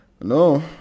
No